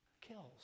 kills